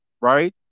right